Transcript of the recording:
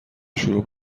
شروع